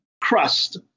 crust